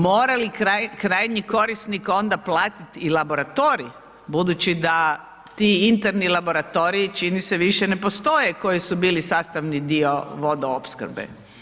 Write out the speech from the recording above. Morali li krajnji korisnik onda platiti i laboratorij budući da ti interni laboratoriji, čini se, više ne postoje koji su bili sastavni dio vodoopskrbe.